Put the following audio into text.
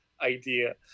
idea